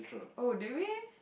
oh do we